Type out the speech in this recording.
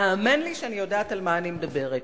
והאמן לי שאני יודעת על מה אני מדברת.